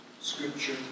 Scripture